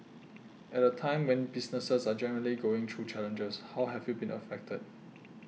at a time when businesses are generally going through challenges how have you been affected